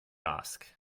ask